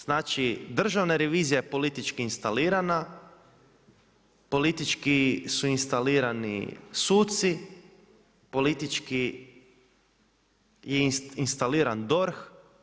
Znači Državna revizija je politički instalirana, politički su instalirani suci, politički je instaliran DORH.